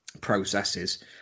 processes